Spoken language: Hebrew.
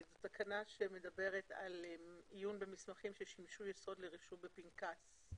תקנה שמדברת על עיון במסמכים ששימשו יסוד לרישום בפנקס.